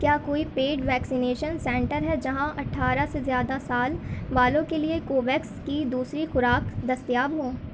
کیا کوئی paid vaccination centre ہے جہاں اٹھارہ سے زیادہ سال والوں کے لیے کوویکس کی دوسری خوراک دستیاب ہوں